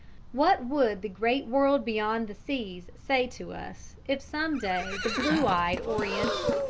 what would the great world beyond the seas say to us if some day the blue-eyed oriental,